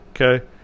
Okay